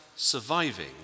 surviving